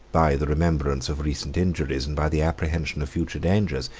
by the remembrance of recent injuries, and by the apprehension of future dangers,